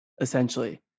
essentially